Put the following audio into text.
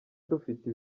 dufite